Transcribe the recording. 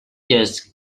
just